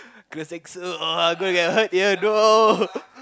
go get hurt ya go